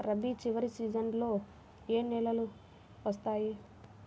రబీ చివరి సీజన్లో ఏ నెలలు వస్తాయి?